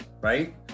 right